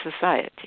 society